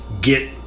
get